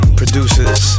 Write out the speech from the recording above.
producers